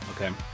Okay